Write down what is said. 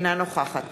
אינה נוכחת